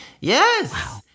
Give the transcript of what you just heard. Yes